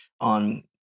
on-